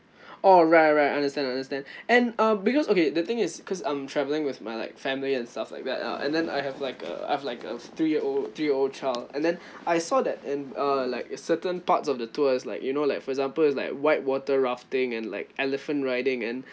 alright alright I understand I understand and uh because okay the thing is cause I'm travelling with my like family and stuff like that uh and then I have like a I have like a three year old three year old child and then I saw that in uh like certain parts of the tours it's like you know like for example it's like whitewater rafting and like elephant riding and